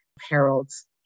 Harold's